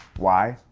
why?